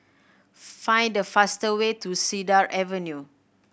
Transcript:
find the fast way to Cedar Avenue